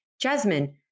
Jasmine